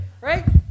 right